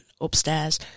upstairs